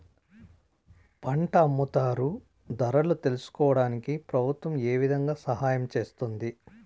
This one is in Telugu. పంట అమ్ముతారు ధరలు తెలుసుకోవడానికి ప్రభుత్వం ఏ విధంగా సహాయం చేస్తుంది?